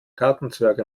gartenzwerge